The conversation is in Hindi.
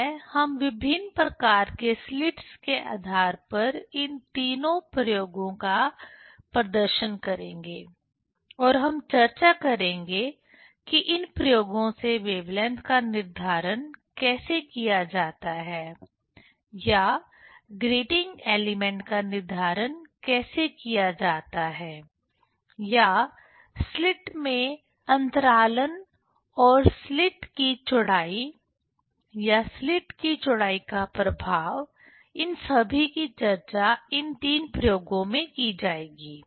अतः हम विभिन्न प्रकार के स्लिट्स के आधार पर इन तीनों प्रयोगों का प्रदर्शन करेंगे और हम चर्चा करेंगे कि इन प्रयोगों से वेवलेंथ का निर्धारण कैसे किया जाता है या ग्रेटिंग एलिमेंट का निर्धारण कैसे किया जाता है या स्लिट् में अंतरालन और स्लिट् की चौड़ाई या स्लिट् की चौड़ाई का प्रभाव इन सभी की चर्चा इन तीन प्रयोगों में की जाएगी